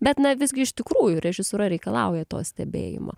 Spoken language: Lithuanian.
bet na visgi iš tikrųjų režisūra reikalauja to stebėjimo